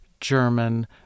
German